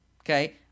Okay